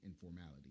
formality